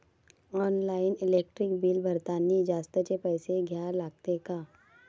Online electric bill भरतानी जास्तचे पैसे द्या लागते का?